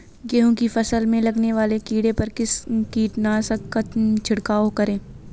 गेहूँ की फसल में लगने वाले कीड़े पर किस कीटनाशक का छिड़काव करें?